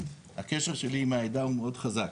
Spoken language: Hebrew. והקשר שלי עם העדה הוא מאוד חזק.